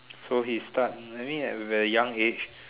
so he start maybe at a very young age